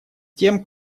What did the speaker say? тем